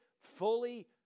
fully